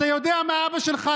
אתה יודע מה אבא שלך,